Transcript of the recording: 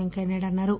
వెంకయ్య నాయుడు అన్నారు